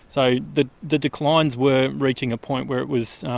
so the the declines were reaching a point where it was